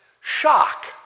shock